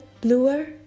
Bluer